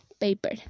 paper